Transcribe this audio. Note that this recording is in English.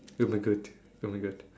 oh my god oh my god